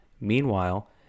Meanwhile